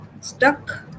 stuck